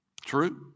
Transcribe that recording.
True